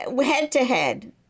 head-to-head